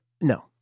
No